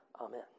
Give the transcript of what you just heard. Amen